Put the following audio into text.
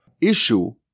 issue